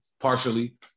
partially